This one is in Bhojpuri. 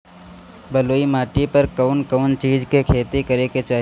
बलुई माटी पर कउन कउन चिज के खेती करे के चाही?